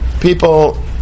people